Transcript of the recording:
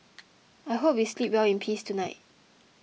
I hope we sleep well in peace tonight